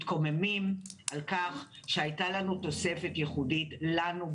מתקוממים על כך שהייתה לנו תוספת ייחודית לנו,